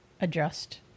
adjust